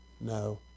No